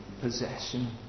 possession